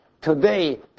Today